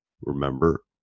Remember